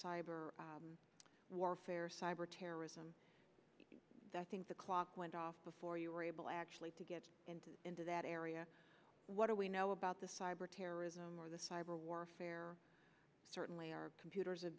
cyber warfare cyber terrorism that i think the clock went off before you were able actually to get into that area what do we know about the cyber terrorism or the cyber warfare certainly our computers have